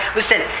listen